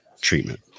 treatment